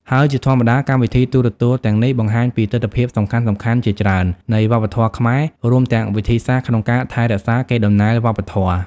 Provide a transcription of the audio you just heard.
ហើយជាធម្មតា កម្មវិធីទូរទស្សន៍ទាំងនោះបង្ហាញពីទិដ្ឋភាពសំខាន់ៗជាច្រើននៃវប្បធម៌ខ្មែរ រួមទាំងវិធីសាស្រ្តក្នុងការថែរក្សាកេរដំណែលវប្បធម៌។